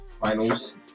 finals